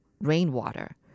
rainwater